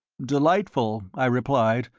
delightful, i replied,